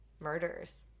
murders